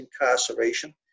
incarceration